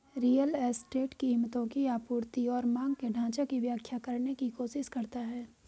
real estate कीमतों की आपूर्ति और मांग के ढाँचा की व्याख्या करने की कोशिश करता है